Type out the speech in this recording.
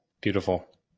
beautiful